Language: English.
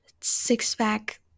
six-pack